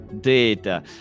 data